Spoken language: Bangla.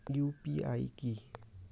ইউ.পি.আই কি?